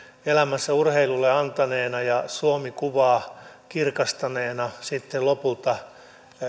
elämänsä urheilulle antaneena ja suomi kuvaa kirkastaneena sitten lopulta